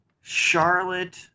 Charlotte